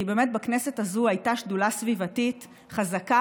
כי באמת בכנסת הזו הייתה שדולה סביבתית חזקה,